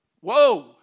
Whoa